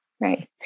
Right